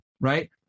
right